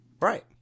Right